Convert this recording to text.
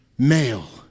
Male